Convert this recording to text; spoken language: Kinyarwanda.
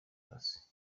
hasi